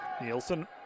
Nielsen